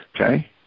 Okay